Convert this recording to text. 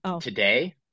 today